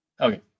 Okay